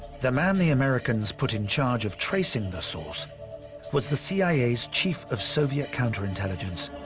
the man the americans put in charge of tracing the source was the cia's chief of soviet counterintelligence,